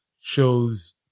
shows